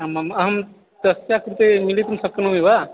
आम् आम् अहं तस्याः कृते मिलितुं शक्नोमि वा